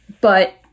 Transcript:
But-